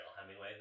Hemingway